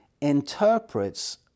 interprets